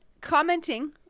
commenting